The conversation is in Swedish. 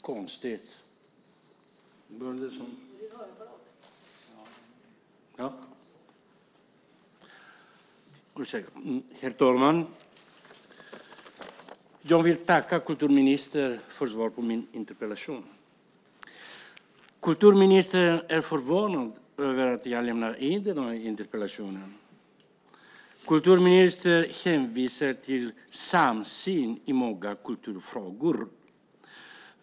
Herr talman! Jag vill tacka kulturministern för svaret på min interpellation. Kulturministern är förvånad över att jag har lämnat in interpellationen. Hon hänvisar till samsyn i många kulturfrågor.